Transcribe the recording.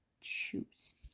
choose